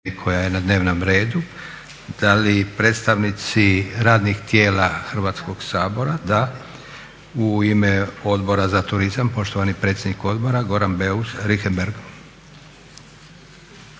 koja je na dnevnom redu. Da li predstavnici radnih tijela Hrvatskog sabora? Da. U ime Odbora za turizam poštovani predsjednik odbora, Goran Beus Richembergh.